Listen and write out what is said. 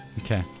okay